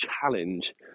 challenge